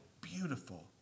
beautiful